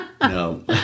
No